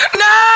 no